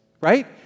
right